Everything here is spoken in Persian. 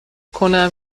کنم